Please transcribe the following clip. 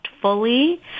fully